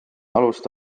alust